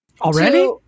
Already